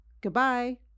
Goodbye